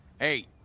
Eight